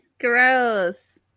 Gross